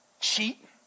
cheat